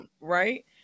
Right